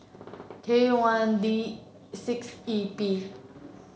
K one D six E P